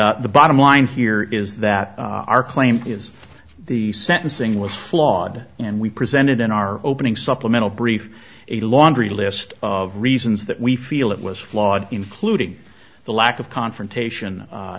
and the bottom line here is that our claim is the sentencing was flawed and we presented in our opening supplemental brief a laundry list of reasons that we feel it was flawed including the lack of confrontation